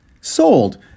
Sold